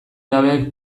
jabeek